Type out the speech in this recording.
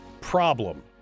problem